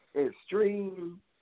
extreme